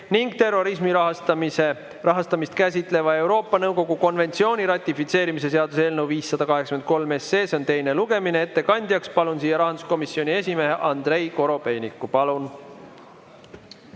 ning terrorismi rahastamist käsitleva Euroopa Nõukogu konventsiooni ratifitseerimise seaduse eelnõu 583 teine lugemine. Ettekandjaks palun siia rahanduskomisjoni esimehe Andrei Korobeiniku. Palun!